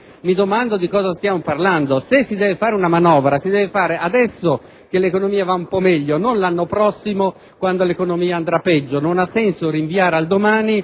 mi domando di che cosa stiamo parlando. Se si deve fare una manovra, la si deve fare adesso che l'economia va un po' meglio, non l'anno prossimo quando andrà peggio. Non ha senso rinviare a domani